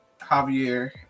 Javier